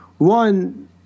One